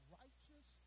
righteous